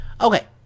Okay